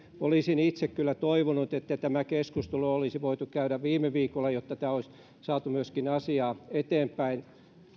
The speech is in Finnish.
olisin itse kyllä toivonut että tämä keskustelu olisi voitu käydä viime viikolla jotta tämä asia olisi myöskin saatu eteenpäin